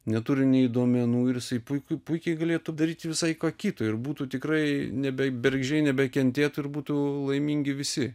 neturi nei duomenų ir jisai puikiu puikiai galėtų daryt visai ką kita ir būtų tikrai ne be bergždžiai nebekentėtų ir būtų laimingi visi